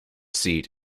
seat